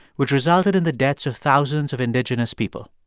which resulted in the deaths of thousands of indigenous people.